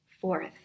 Fourth